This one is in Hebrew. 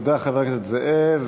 תודה, חבר הכנסת זאב.